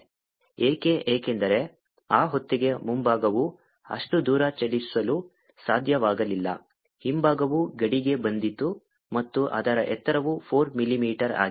ಏಕೆ ಏಕೆಂದರೆ ಆ ಹೊತ್ತಿಗೆ ಮುಂಭಾಗವು ಅಷ್ಟು ದೂರ ಚಲಿಸಲು ಸಾಧ್ಯವಾಗಲಿಲ್ಲ ಹಿಂಭಾಗವು ಗಡಿಗೆ ಬಂದಿತು ಮತ್ತು ಅದರ ಎತ್ತರವು 4 ಮಿಲಿಮೀಟರ್ ಆಗಿದೆ